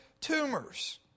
tumors